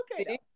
okay